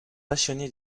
passionné